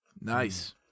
Nice